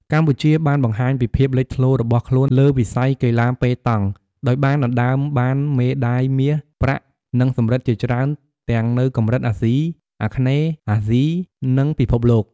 កម្ពុជាបានបង្ហាញពីភាពលេចធ្លោរបស់ខ្លួនលើវិស័យកីឡាប៉េតង់ ដោយបានដណ្ដើមបានមេដៃមាស ប្រាក់ និងសំរឹទ្ធជាច្រើនទាំងនៅកម្រិតអាស៊ីអាគ្នេយ៍ អាស៊ី និងពិភពលោក។